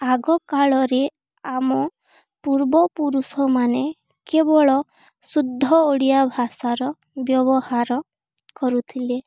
ଆଗ କାଳରେ ଆମ ପୂର୍ବପୁରୁଷମାନେ କେବଳ ଶୁଦ୍ଧ ଓଡ଼ିଆ ଭାଷାର ବ୍ୟବହାର କରୁଥିଲେ